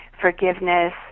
forgiveness